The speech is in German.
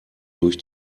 durch